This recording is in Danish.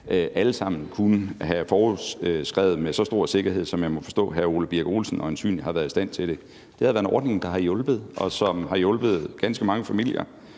alle sammen kunne have forudset med så stor sikkerhed, som jeg må forstå hr. Ole Birk Olesen øjensynlig har været i stand til det. Det har været en ordning, der har hjulpet, og som har hjulpet ganske mange familier,